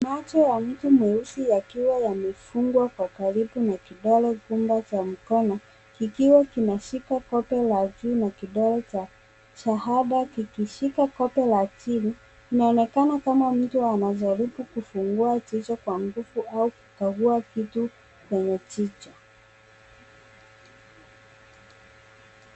Macho ya mtu mweusi yakiwa yamefungwa kwa karibu na kidole gumba cha mkono kikiwa kinashika kope la juu na kidole cha shahada kikishika kope la chini inaonekana kama mtu anajaribu kufungua jicho kwa nguvu au kukagua kitu kwenye jicho.